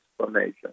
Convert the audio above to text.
explanation